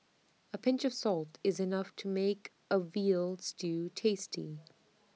A pinch of salt is enough to make A Veal Stew tasty